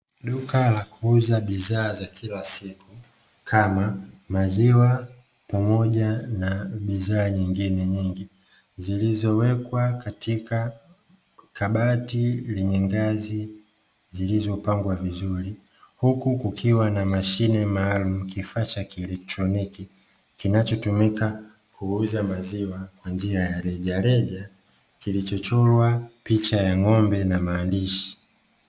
Duka la kuuza bidhaa za kila siku kama maziwa, pamoja na bidhaa nyingine nyingi, zilizowekwa katika kabati lenye ngazi zilizopangwa vizuri, huku kukiwa na mashine maalumu, kifaa cha kielektroniki kinachotumika kuuza maziwa kwa njia ya rejareja, kilichochorwa picha ya ng'ombe na maandishi.